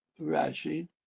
Rashi